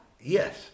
Yes